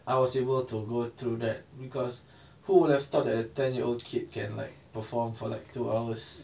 I was able to go through that because who would have thought that a ten year old kid can like perform for like two hours